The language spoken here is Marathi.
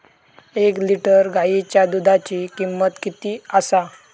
एक लिटर गायीच्या दुधाची किमंत किती आसा?